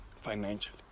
financially